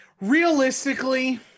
realistically